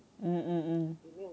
mm mm mm